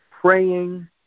praying